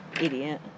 Idiot